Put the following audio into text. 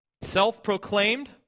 Self-proclaimed